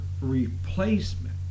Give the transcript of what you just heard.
replacement